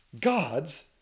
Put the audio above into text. God's